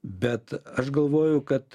bet aš galvoju kad